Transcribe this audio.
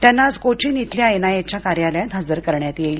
त्यांना आज कोचीन इथल्या एनआयए च्या कार्यालयात हजर करण्यात येईल